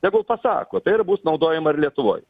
tegul pasako tai yra bus naudojama ir lietuvoj